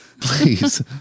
Please